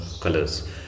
colors